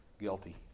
Guilty